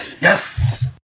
Yes